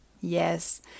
Yes